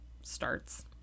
starts